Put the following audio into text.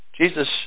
Jesus